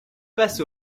passe